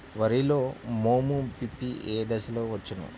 వరిలో మోము పిప్పి ఏ దశలో వచ్చును?